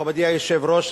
מכובדי היושב-ראש,